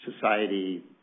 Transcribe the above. society